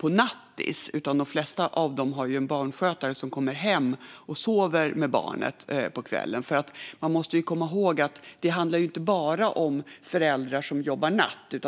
på nattis, utan de flesta har en barnskötare som kommer hem till barnen och sover hos dem. Man måste nämligen komma ihåg att det inte handlar bara om föräldrar som jobbar natt.